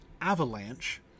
avalanche